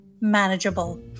manageable